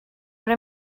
what